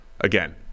Again